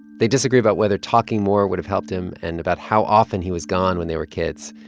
they disagree about whether talking more would have helped him and about how often he was gone when they were kids.